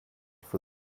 for